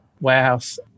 warehouse